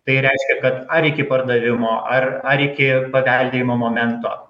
tai reiškia kad ar iki pardavimo ar ar iki paveldėjimo momento